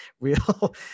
real